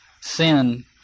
sin